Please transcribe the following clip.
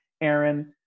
Aaron